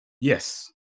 Yes